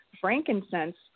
frankincense